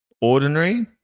ordinary